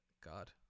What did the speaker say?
God